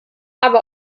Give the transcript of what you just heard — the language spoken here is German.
aber